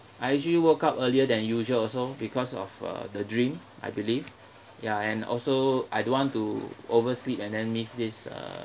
I actually woke up earlier than usual so because of uh the dream I believe ya and also I don't want to oversleep and then miss this uh